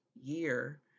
year